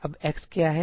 अब x क्या है